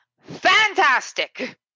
Fantastic